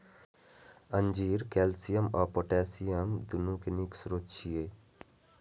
अंजीर कैल्शियम आ पोटेशियम, दुनू के नीक स्रोत छियै